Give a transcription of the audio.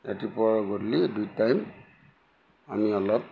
ৰাতিপুৱা গধূলি দুই টাইম আমি অলপ